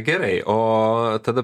gerai o tada